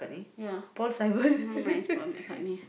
ya mine is Paul-McCartney